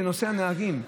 הוא נושא המחסור הנהגים.